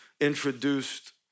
introduced